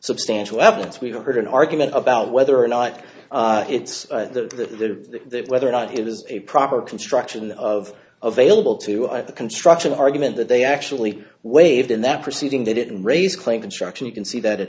substantial evidence we've heard an argument about whether or not it's the whether or not it is a proper construction of available to the construction argument that they actually waived in that proceeding they didn't raise claim construction you can see that a